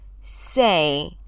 say